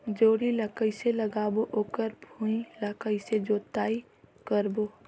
जोणी ला कइसे लगाबो ओकर भुईं ला कइसे जोताई करबो?